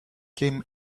came